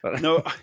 No